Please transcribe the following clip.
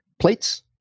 plates